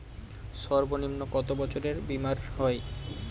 সর্বনিম্ন কত বছরের বীমার হয়?